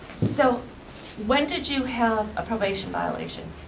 so when did you have a probation violation?